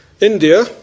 India